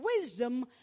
wisdom